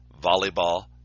volleyball